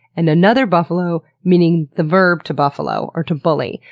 and another buffalo, meaning the verb, to buffalo, or to bully.